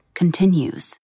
continues